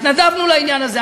התנדבנו לעניין הזה.